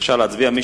בבקשה להצביע.